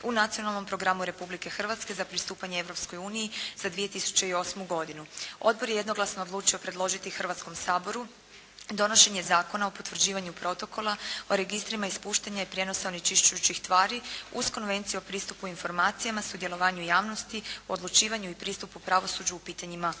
u Nacionalnom programu Republike Hrvatske za pristupanje Europskoj uniji za 2008. godinu. Odbor je jednoglasno odlučio predložiti Hrvatskom saboru donošenje Zakona o potvrđivanju Protokola o registrima ispuštanja i prijenosa onečišćujućih tvari uz Konvenciju o pristupu informacijama, sudjelovanju javnosti u odlučivanju i pristupu pravosuđu u pitanjima okoliša.